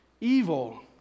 Evil